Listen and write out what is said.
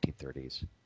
1930s